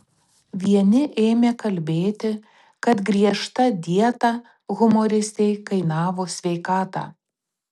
vieni ėmė kalbėti kad griežta dieta humoristei kainavo sveikatą